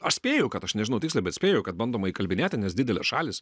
aš spėju kad aš nežinau tiksliai bet spėju kad bandoma įkalbinėti nes didelės šalys